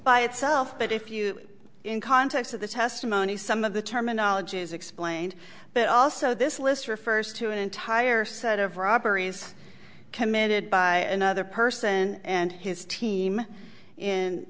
by itself but if you in context of the testimony some of the terminology is explained but also this list refers to an entire set of robberies committed by another person and his team